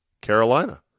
Carolina